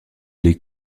lait